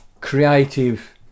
creative